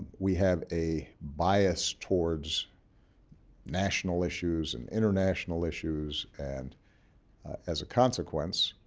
we have a bias towards national issues and international issues, and as a consequence